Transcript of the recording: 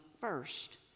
first